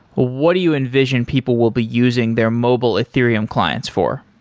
what do you envision people will be using their mobile ethereum clients for?